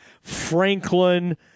franklin